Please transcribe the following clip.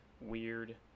weird